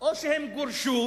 או שהם גורשו